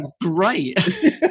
great